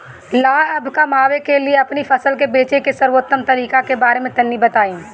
लाभ कमाने के लिए अपनी फसल के बेचे के सर्वोत्तम तरीके के बारे में तनी बताई?